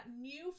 new